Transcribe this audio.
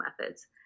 methods